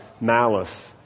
malice